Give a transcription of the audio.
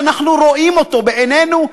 שאנחנו רואים אותו בעינינו,